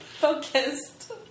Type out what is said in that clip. Focused